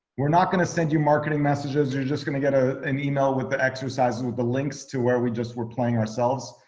we're not gonna send you marketing messages, you're just gonna get ah an email with the exercises with the links to where we just were replying ourselves.